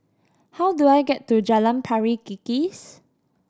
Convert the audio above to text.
how do I get to Jalan Pari Kikis